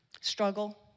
Struggle